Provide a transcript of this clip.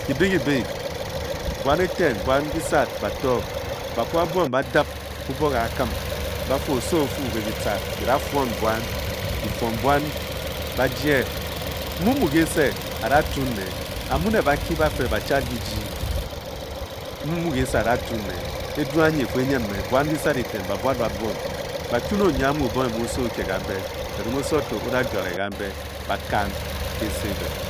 Ki bè ki bě, buan eten, buan bi sad bato, ba kwu ba buom ba-dib bubuo ke ga kim ba-fuu, oso o-fuu be bi tca bi da fwon buan bi fuon buan ba jie, mú mù gě sě aa-da tuun ne A muu ne ba kii bafe, batchad ki jii, mú mù ge se aa-da tuun ne, eduu anyi e-fii è-nyin me Buan bisad eten bǎ-buad bá buom. Bǎa kwu ne onyi amuu obonge mu oso o-kie gambe, erenge oso to o-da juare gambe, ba-kan ke gese ebe.